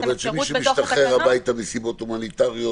זאת אומרת שמי שמשתחרר מסיבות הומניטריות